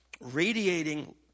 radiating